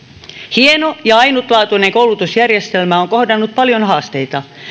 hieno ja ainutlaatuinen koulutusjärjestelmä on kohdannut paljon haasteita